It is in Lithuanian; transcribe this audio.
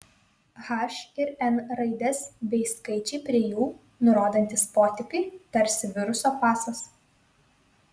h ir n raidės bei skaičiai prie jų nurodantys potipį tarsi viruso pasas